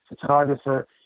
photographer